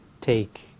take